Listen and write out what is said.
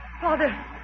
Father